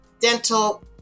dental